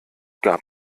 gab